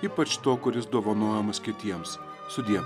ypač to kuris dovanojamas kitiems sudie